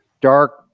dark